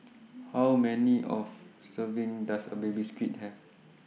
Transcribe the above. How Many of Serving Does A Baby Squid Have